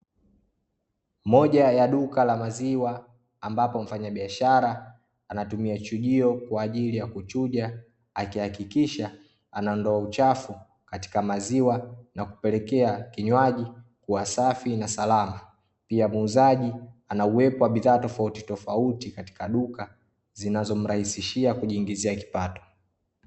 Moja ya duka la maziwa ambapo mfanyabiashara anatumia chujio kwa ajili ya kuchuja, akihakikisha anaondoa uchafu katika maziwa na kupelekea kinywaji kuwa safi na salama. Pia muuzaji ana uwepo wa bidhaa tofautitofauti katika duka zinazomrahisishia kujiingizia kipato.